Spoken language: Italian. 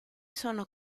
sono